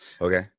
Okay